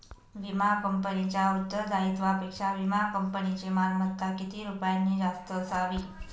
विमा कंपनीच्या उत्तरदायित्वापेक्षा विमा कंपनीची मालमत्ता किती रुपयांनी जास्त असावी?